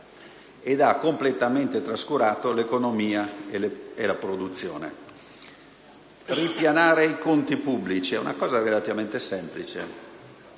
e ha completamente trascurato l'economia e la produzione. Ripianare i conti pubblici è una cosa relativamente semplice: